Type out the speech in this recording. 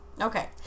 Okay